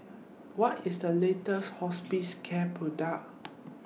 What IS The latest Hospicare Product